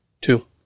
Two